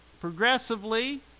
progressively